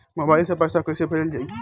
Mobile से पैसा कैसे भेजल जाइ?